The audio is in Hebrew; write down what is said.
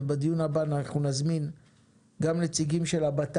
ובדיון הבא נזמין נציגים של המשרד